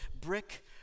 Brick